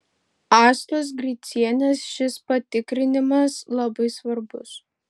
astos gricienės šis patikrinimas labai svarbus